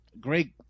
great